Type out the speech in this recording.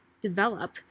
develop